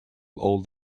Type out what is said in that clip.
old